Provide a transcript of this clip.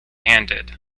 handed